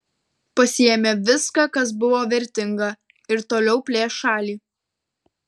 pasiėmė viską kas buvo vertinga ir toliau plėš šalį